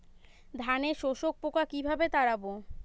ধানে শোষক পোকা কিভাবে তাড়াব?